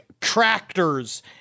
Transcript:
tractors